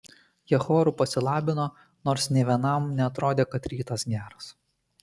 jie choru pasilabino nors nė vienam neatrodė kad rytas geras